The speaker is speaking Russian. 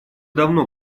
давно